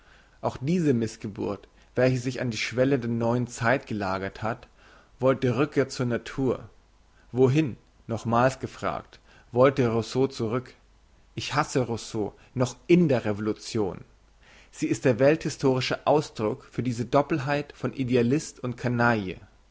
auch diese missgeburt welche sich an die schwelle der neuen zeit gelagert hat wollte rückkehr zur natur wohin nochmals gefragt wollte rousseau zurück ich hasse rousseau noch in der revolution sie ist der welthistorische ausdruck für diese doppelheit von idealist und canaille